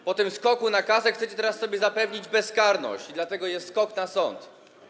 A po tym skoku na kasę chcecie teraz sobie zapewnić bezkarność, i dlatego jest skok na sąd.